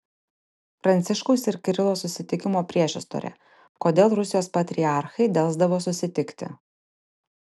pranciškaus ir kirilo susitikimo priešistorė kodėl rusijos patriarchai delsdavo susitikti